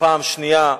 פעם שנייה,